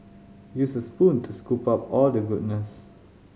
use a spoon to scoop out all the goodness